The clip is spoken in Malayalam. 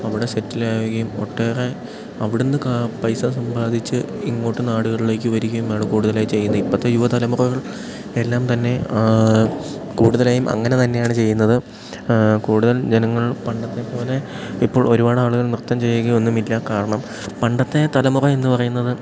അവിടെ സെറ്റിലാകുകയും ഒട്ടേറെ അവിടെ നിന്ന് കാ പൈസ സമ്പാദിച്ച് ഇങ്ങോട്ട് നാടുകളിലേക്കു വരികയുമാണ് കൂടുതലായി ചെയ്യുന്നത് ഇപ്പോഴത്തെ യുവതലമുറകൾ എല്ലാം തന്നെ കൂടുതലായും അങ്ങനെ തന്നെയാണ് ചെയ്യുന്നത് കൂടുതൽ ജനങ്ങൾ പണ്ടത്തെ പോലെ ഇപ്പോൾ ഒരുപാട് ആളുകൾ നൃത്തം ചെയ്യുകയും ഒന്നുമില്ല കാരണം പണ്ടത്തെ തലമുറ എന്നു പറയുന്നത്